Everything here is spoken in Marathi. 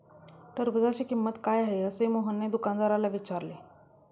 टरबूजाची किंमत काय आहे असे मोहनने दुकानदाराला विचारले?